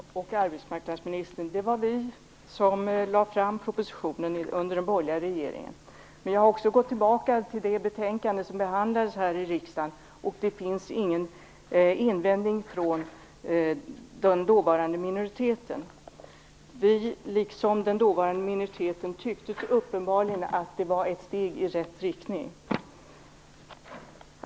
Fru talman! Ja, arbetsmarknadsministern, det var vi som under den borgerliga regeringens tid lade fram propositionen. Jag har gått tillbaka till det betänkande som då behandlades här i riksdagen och kan konstatera att det inte finns någon invändning från den dåvarande minoriteten. Vi, liksom den dåvarande minoriteten, tyckte uppenbarligen att det var ett steg i rätt riktning.